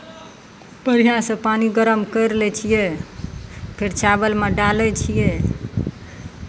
बढ़िआँसँ पानि गरम करि लै छियै फेर चावलमे डालै छियै